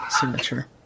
signature